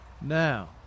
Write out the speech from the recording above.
Now